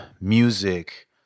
music